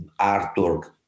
artwork